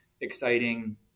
exciting